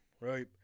right